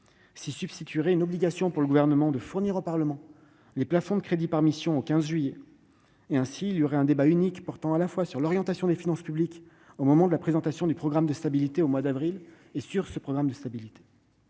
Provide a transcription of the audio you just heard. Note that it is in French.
s'y substituerait une obligation pour le Gouvernement de fournir au Parlement les plafonds de crédits par mission avant le 15 juillet. Aussi y aurait-il un débat unique portant à la fois sur l'orientation des finances publiques au moment de la présentation du programme de stabilité, au mois d'avril, et sur ce programme de stabilité.